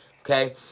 okay